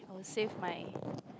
will save my